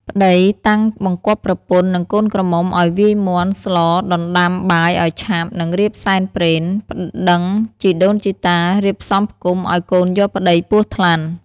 ប្ដីតាំងបង្គាប់ប្រពន្ធ និងកូនក្រមុំឱ្យវាយមាន់ស្លដណ្ដាំបាយឱ្យឆាប់ និងរៀបសែនព្រេន ប្ដឹងជីដូនជីតារៀបផ្សំផ្គុំឱ្យកូនយកប្ដីពស់ថ្លាន់ ។